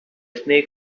snake